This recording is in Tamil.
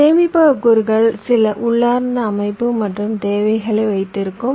இந்த சேமிப்பக கூறுகள் சில உள்ளார்ந்த அமைப்பு மற்றும் தேவைகளை வைத்திருக்கும்